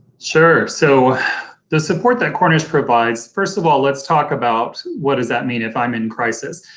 sure, so the support that cornish provides, first of all let's talk about what does that mean, if i'm in crisis.